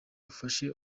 ufasha